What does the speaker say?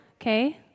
Okay